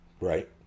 Right